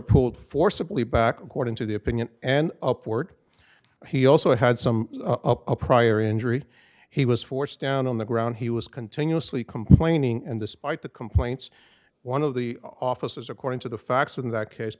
pulled forcibly back according to the opinion and upward he also had some prior injury he was forced down on the ground he was continuously complaining and despite the complaints one of the officers according to the facts in that case